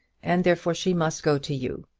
and therefore she must go to you.